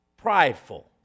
prideful